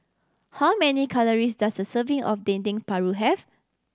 how many calories does a serving of Dendeng Paru have